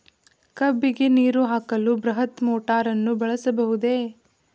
ಕಬ್ಬಿಗೆ ನೀರು ಹಾಕಲು ಬೃಹತ್ ಮೋಟಾರನ್ನು ಬಳಸಬಹುದೇ?